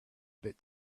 bit